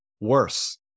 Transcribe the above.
Worse